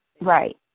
Right